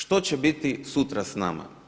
Što će biti sutra s nama?